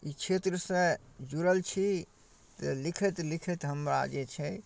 ई क्षेत्रसँ जुड़ल छी तऽ लिखैत लिखैत हमरा जे छै